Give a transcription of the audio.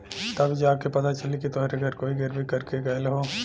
तब जा के पता चली कि तोहरे घर कोई गिर्वी कर के गयल हौ